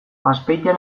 azpeitian